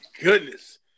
goodness